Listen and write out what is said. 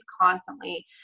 constantly